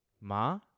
Ma